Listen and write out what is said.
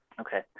okay